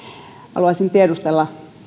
haluaisin tiedustella